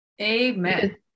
Amen